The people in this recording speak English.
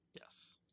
Yes